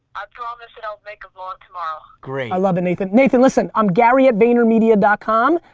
i promise that i'll make a vlog tomorrow. great. i love it, nathan. nathan, listen i'm gary at vayner media dot com.